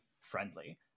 friendly